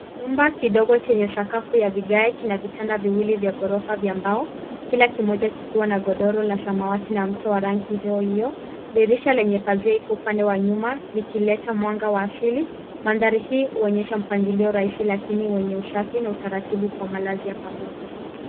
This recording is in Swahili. Chumba kidogo chenye sakafu ya vigae kina vitanda viwili vya gorofa vya mbao. Kila kimoja kikiwa na godoro la samawati na mto wa rangi hiyo hiyo. Dirisha lenye pazia iko upande wa nyuma likileta mwanga wa asili. Mandhari hii huonyesha mpangilio rahisi lakini wenye usafi na utaratibu kwa malazi ya pamoja.